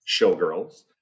*Showgirls*